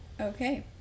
Okay